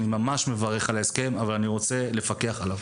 אני ממש מברך על ההסכם אבל אני רוצה לפקח עליו